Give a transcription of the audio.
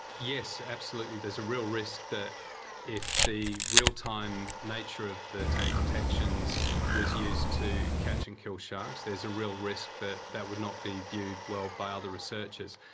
yes, absolutely, there's a real risk that if the real-time nature of the tag detections was used to catch and kill sharks, there's a real risk that that would not be viewed well by other researchers.